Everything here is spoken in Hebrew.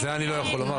את זה אני לא יכול לומר.